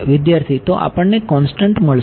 વિદ્યાર્થી તો આપણને કોંસ્ટંટ મળશે